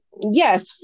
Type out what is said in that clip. yes